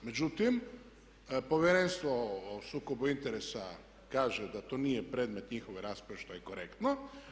Međutim, Povjerenstvo o sukobu interesa kaže da to nije predmet njihove rasprave što je korektno.